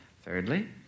Thirdly